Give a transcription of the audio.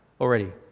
already